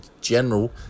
general